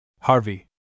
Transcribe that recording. Harvey